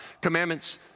Commandments